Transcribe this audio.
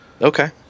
Okay